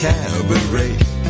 Cabaret